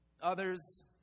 Others